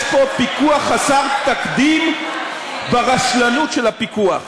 יש פה פיקוח חסר תקדים ברשלנות של הפיקוח.